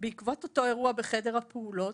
בעקבות אותו אירוע בחדר הפעולות,